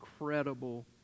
incredible